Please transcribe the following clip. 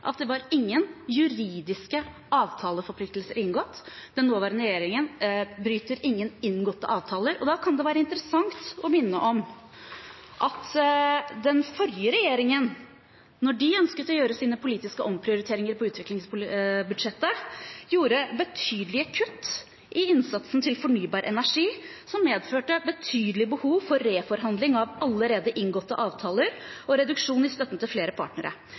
at det var ingen juridiske avtaleforpliktelser inngått. Den nåværende regjeringen bryter ingen inngåtte avtaler, og da kan det være interessant å minne om at den forrige regjeringen, da de ønsket å gjøre sine politiske omprioriteringer på utviklingsbudsjettet, gjorde betydelige kutt i innsatsen til fornybar energi, som medførte et betydelig behov for reforhandling av allerede inngåtte avtaler, og reduksjon i støtten til flere partnere.